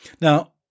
Now